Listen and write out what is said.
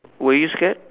where you scared